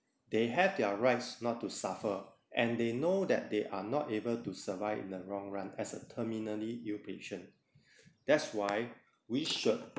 they have their rights not to suffer and they know that they are not able to survive in the long run as a terminally ill patient that's why we should